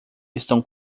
estão